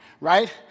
right